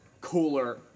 cooler